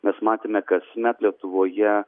mes matėme kasmet lietuvoje